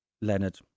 Leonard